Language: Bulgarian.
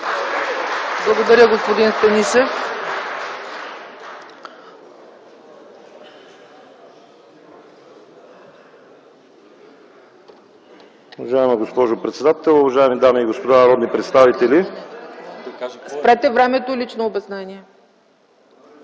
Благодаря, господин Станишев.